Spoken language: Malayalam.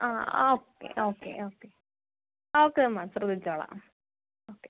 ആ okay okay okay okay ma'am ശ്രദ്ധിച്ചോളാം ഓക്കെ